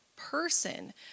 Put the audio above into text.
person